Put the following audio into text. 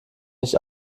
nicht